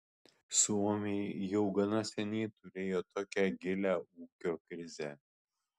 suomiai jau gana seniai turėjo tokią gilią ūkio krizę